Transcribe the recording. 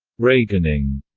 reaganing,